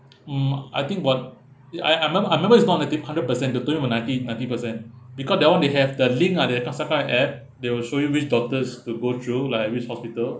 mm I think what I I remember I remember it's not ninety hundred percent doctor will use ninety ninety percent because that [one] they have the link uh that last time found in app they will show you which doctors to go through like which hospital